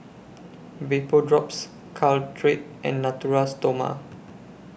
Vapodrops Caltrate and Natura Stoma